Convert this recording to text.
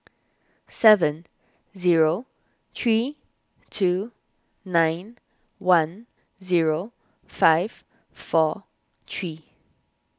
seven zero three two nine one zero five four three